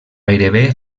gairebé